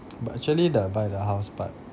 but actually the buy the house but